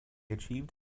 achieved